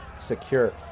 Secure